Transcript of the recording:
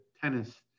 tennis